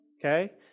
okay